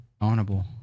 Honorable